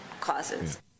causes